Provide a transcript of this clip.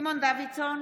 סימון דוידסון,